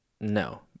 No